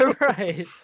right